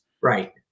right